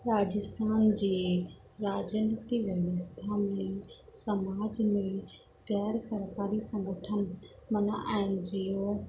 राजस्थान जे राॼनीति व्यवस्थाऊं में समाज में ग़ैरु सरकारी संगठन माना आहिनि जीओ